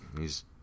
He's